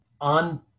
on